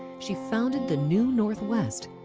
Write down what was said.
she founded the new northwest,